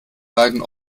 leiden